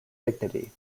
dignity